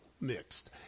mixed